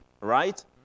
right